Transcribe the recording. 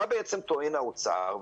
מה בעצם טוען האוצר?